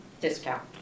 discount